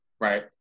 Right